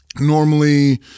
normally